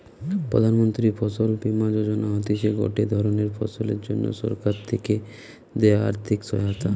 প্রধান মন্ত্রী ফসল বীমা যোজনা হতিছে গটে ধরণের ফসলের জন্যে সরকার থেকে দেয়া আর্থিক সহায়তা